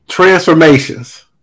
Transformations